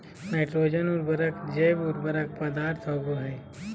nitrogen उर्वरक जैव उर्वरक पदार्थ होबो हइ